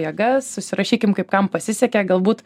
jėgas susirašykim kaip kam pasisekė galbūt